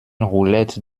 roulette